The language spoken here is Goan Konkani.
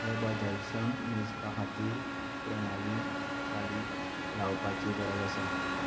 हे बदलशम मेजपा खातीर प्रणाली चालीक लावपाची गरज आसा